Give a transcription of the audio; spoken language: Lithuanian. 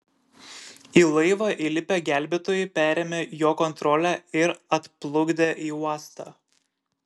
į laivą įlipę gelbėtojai perėmė jo kontrolę ir atplukdė į uostą